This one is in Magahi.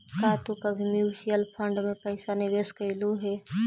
का तू कभी म्यूचुअल फंड में पैसा निवेश कइलू हे